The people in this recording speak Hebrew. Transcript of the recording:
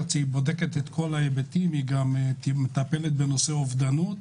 שבודקת את כל ההיבטים וגם מטפלת בנושא אובדנות,